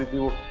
you?